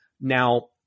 Now